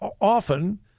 often